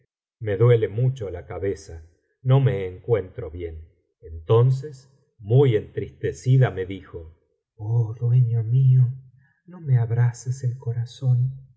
me duele mucho la cabeza no me encuentro bien entonces muy entristecida me dijo oh dueño mío no rae abrases el corazón